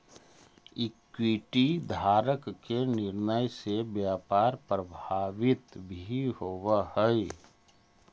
equity धारक के निर्णय से व्यापार प्रभावित भी होवऽ हइ